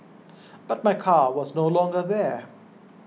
but my car was no longer there